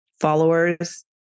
followers